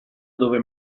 dove